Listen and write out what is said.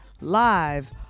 live